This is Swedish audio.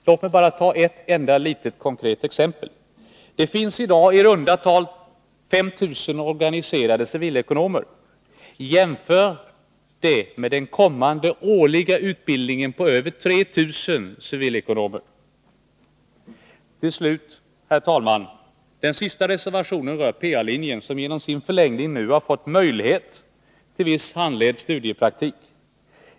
Låt mig ta ett enda konkret exempel. Det finns i dag i runda tal 5 000 organiserade civilekonomer. Jämför det med den kommande årliga utbildningen på över 3 000 civilekonomer. Till slut, herr talman! Den sista reservationen rör PA-linjen, som genom sin förläggning nu har fått möjlighet till viss handledd studiepraktik.